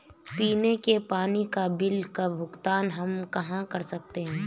पीने के पानी का बिल का भुगतान हम कहाँ कर सकते हैं?